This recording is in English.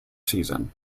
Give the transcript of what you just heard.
season